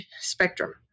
spectrum